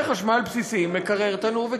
אתה רוצה את זה?